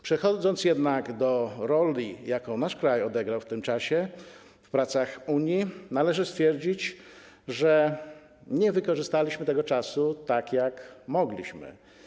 Przechodząc do roli, jaką nasz kraj odegrał w tym czasie w pracach Unii, należy stwierdzić, że nie wykorzystaliśmy tego czasu tak, jak mogliśmy.